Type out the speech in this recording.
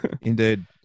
Indeed